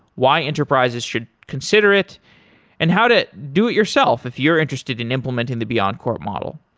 why enterprises should consider it and how to do it yourself if you're interested in implementing the beyondcorp model.